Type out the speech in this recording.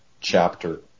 chapter